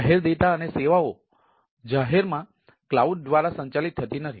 જાહેર ડેટા અને સેવાઓ જાહેરમાં ક્લાઉડ દ્વારા સંચાલિત થતી નથી